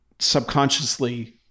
subconsciously